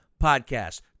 podcast